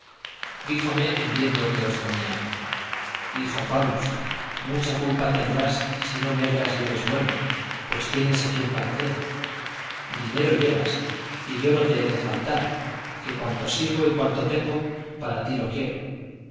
díjome en viendo que los tenía hijo pablos mucha culpa tendrás si no medras y eres bueno pues tienes a quién parecer dinero llevas yo no te he de faltar que cuanto sirvo y cuanto tengo para ti lo quiero